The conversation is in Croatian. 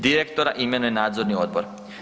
Direktora imenuje nadzorni odbor.